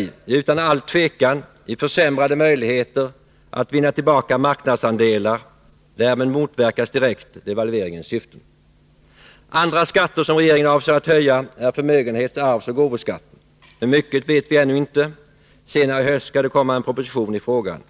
Jo, utan allt tvivel i en försämring av möjligheterna att vinna tillbaka marknadsandelar. Därmed motverkas direkt devalveringens syften. Andra skatter som regeringen avser att höja är förmögenhets-, arvsoch gåvoskatten. Hur mycket vet vi ännu inte. Senare i höst skall det komma en proposition i frågan.